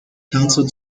council